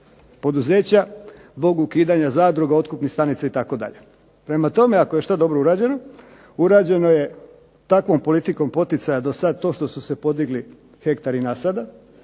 poduzeća zbog ukidanja zadruga, otkupnih stanica itd. Prema tome, ako je šta dobro urađeno urađeno je takvom politikom poticaja do sad to što su se podigli hektari nasada,